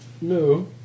No